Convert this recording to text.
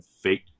fake